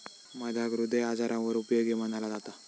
मधाक हृदय आजारांवर उपयोगी मनाला जाता